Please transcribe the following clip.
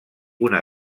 una